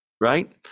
right